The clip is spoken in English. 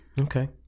Okay